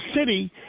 city